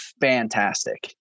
fantastic